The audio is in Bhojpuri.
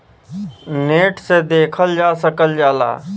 नेट से देखल जा सकल जाला